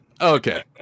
Okay